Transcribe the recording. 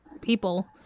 people